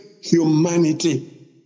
humanity